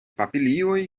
papilioj